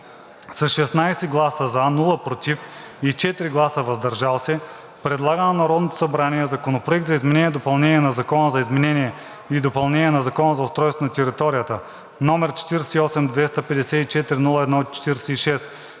с 16 гласа „за“, без „против“ и 4 гласа „въздържал се“ предлага на Народното събрание Законопроект за изменение и допълнение на Закона за изменение и допълнение на Закона за устройство на територията, № 48-254-01-46,